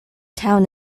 town